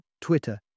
Twitter